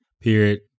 Period